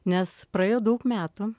nes praėjo daug metų